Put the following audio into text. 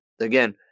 again